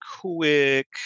quick